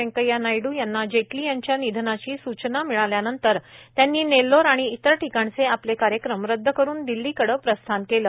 व्यंकट्या नायडू यांना जेटली यांच्या निधनाची सूचना मिळाल्यानंतर त्यांनी नेल्लोर आणि इतर ठिकाणचे आपले कार्यक्रम रद्द करून दिल्लीकडं प्रस्थान केलं